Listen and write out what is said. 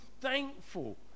thankful